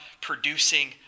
producing